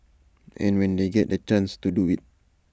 and when they get the chance to do IT